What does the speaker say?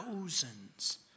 thousands